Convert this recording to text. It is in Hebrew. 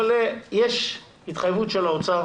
אבל יש התחייבות של האוצר